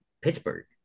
Pittsburgh